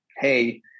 hey